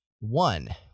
One